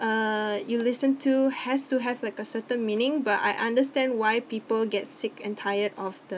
uh you listen to has to have like a certain meaning but I understand why people get sick and tired of the